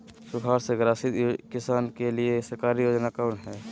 सुखाड़ से ग्रसित किसान के लिए सरकारी योजना कौन हय?